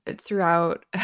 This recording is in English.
throughout